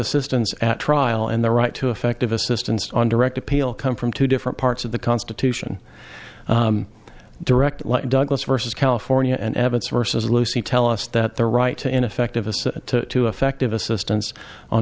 assistance at trial and the right to effective assistance on direct appeal come from two different parts of the constitution direct douglas versus california and evan sources lucy tell us that the right to ineffectiveness the effective assistance on